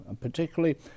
particularly